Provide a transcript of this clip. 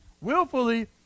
willfully